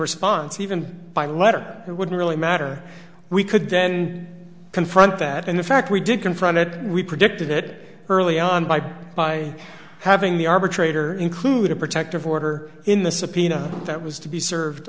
response even by letter it wouldn't really matter we could then confront that and the fact we did confront it we predicted it early on by by having the arbitrator include a protective order in the subpoena that was to be served